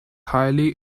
highly